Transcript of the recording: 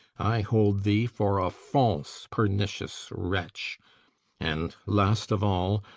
i hold thee for a false pernicious wretch and, last of all,